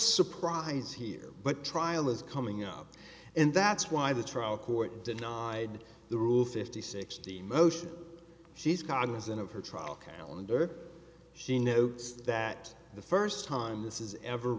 surprise here but trial is coming up and that's why the trial court denied the rule fifty sixty motion she's cognizant of her trial calendar she notes that the first time this is ever